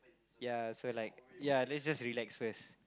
yeah so like yeah let's just relax first